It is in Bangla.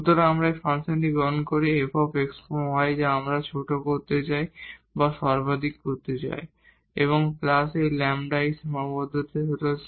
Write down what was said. সুতরাং আমরা এই ফাংশনটি গ্রহণ করি f x y যা আমরা মাক্সিমাম বা মিনিমাম করতে চাই এবং প্লাস এই ল্যামডা এবং এই সীমাবদ্ধতা এই ϕ x y